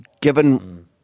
given